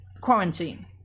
quarantine